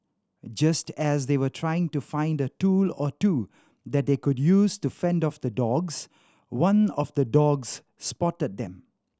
just as they were trying to find a tool or two that they could use to fend off the dogs one of the dogs spotted them